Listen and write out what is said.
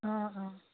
অঁ অঁ